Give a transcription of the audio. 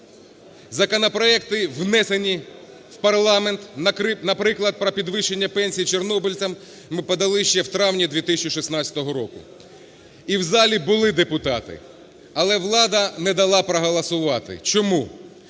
Законопроекти внесені в парламент, наприклад, про підвищення пенсій чорнобильцям, ми подали ще в травні 2016 року. І в залі були депутати. Але влада не дала проголосувати. Чому?